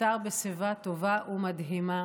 נפטר בשיבה טובה ומדהימה